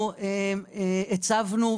הצבנו,